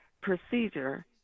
procedure